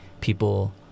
people